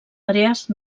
àrees